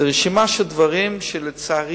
זו רשימה של דברים שלצערי,